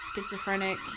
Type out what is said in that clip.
schizophrenic